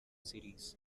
series